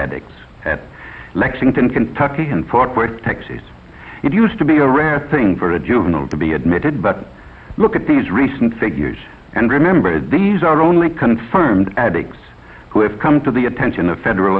addicts at lexington kentucky and fort worth texas it used to be a rare thing for a juvenile to be admitted but look at these recent figures and remember these are only confirmed addicts who have come to the attention of federal